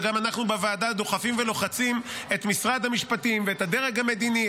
וגם אנחנו בוועדה דוחפים ולוחצים את משרד המשפטים ואת הדרג המדיני,